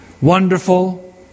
Wonderful